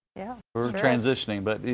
yeah. we're transitioning. but you